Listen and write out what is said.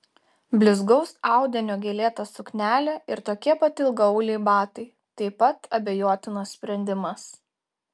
blizgaus audinio gėlėta suknelė ir tokie pat ilgaauliai batai taip pat abejotinas sprendimas